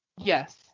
Yes